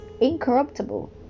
incorruptible